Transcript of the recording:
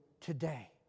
today